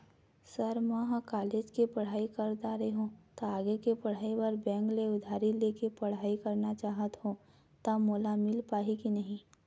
Sir म ह college के पढ़ाई कर दारें हों ता आगे के पढ़ाई बर बैंक ले उधारी ले के पढ़ाई करना चाहत हों ता मोला मील पाही की नहीं?